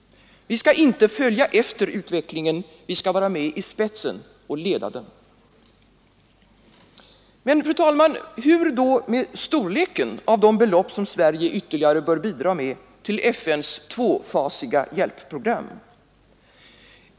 Vi skall inte följa efter utvecklingen, vi skall vara med i spetsen och leda den. Men, fru talman, hur skall det då vara med storleken av de belopp som Sverige ytterligare bör bidra med till FN:s tvåfasiga hjälpprogram?